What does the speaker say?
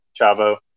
Chavo